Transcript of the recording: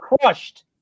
crushed